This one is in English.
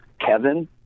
Kevin